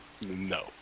No